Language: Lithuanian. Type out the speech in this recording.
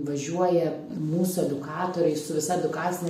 važiuoja mūsų edukatoriai su visa edukacine